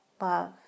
love